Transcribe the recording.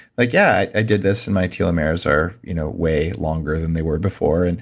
like yeah, i did this, and my telomeres are you know way longer than they were before, and